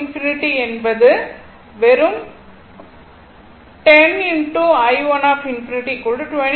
V1∞ என்பது வெறும் 10 x i1∞ 28